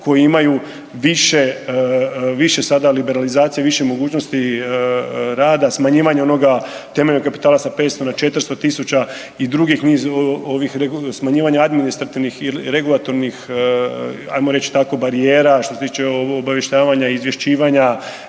koji imaju više, više sada liberalizacije, više mogućnosti rada, smanjivanja onoga temeljnog kapitala sa 500 na 400.000 i drugih niz ovih smanjivanja administrativnih i regulatornih, ajmo reć tako barijera što se tiče obavještavanja, izvješćivanja,